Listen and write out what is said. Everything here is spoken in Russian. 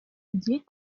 людей